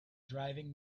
driving